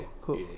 cool